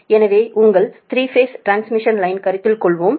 எனவே உங்கள் 3 phase transmission லைனை கருத்தில் கொள்வோம்